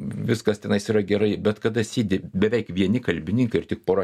viskas tenais yra gerai bet kada sėdi beveik vieni kalbininkai ir tik pora